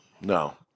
No